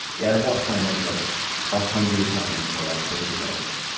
yeah, i've washed my hands like a hundred times in the last forty eight hours